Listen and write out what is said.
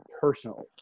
personally